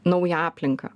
naują aplinką